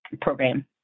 program